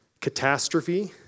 catastrophe